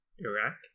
Iraq